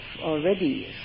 already